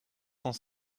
cent